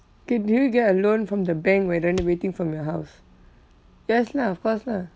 can you get a loan from the bank when renovating for your house yes lah of course lah